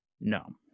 No